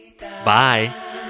Bye